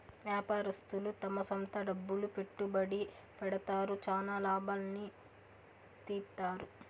వ్యాపారస్తులు తమ సొంత డబ్బులు పెట్టుబడి పెడతారు, చానా లాభాల్ని తీత్తారు